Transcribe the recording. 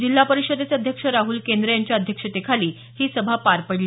जिल्हा परिषदेचे अध्यक्ष राहल केंद्रे यांच्या अध्यक्षतेखाली ही सभा पार पडली